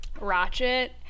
ratchet